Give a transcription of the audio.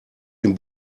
dem